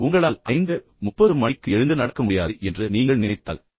எனவே உங்களால் 530 மணிக்கு எழுந்து நடக்க முடியாது என்று நீங்கள் நினைத்தால்